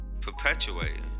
Perpetuating